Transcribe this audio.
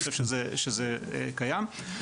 אני חושב שזה קיים.